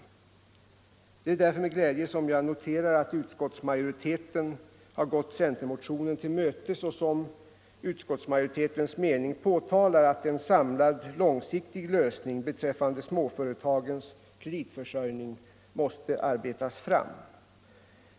Lagförslag om Det är därför med glädje som jag noterar att utskottsmajoriteten har = kreditpolitiska gått centermotionen till mötes och som utskottsmajoritetens mening medel, m.m. framhåller att en samlad långsiktig lösning beträffande småföretagens kreditförsörjning måste arbetas fram.